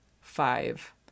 five